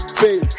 fail